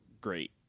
Great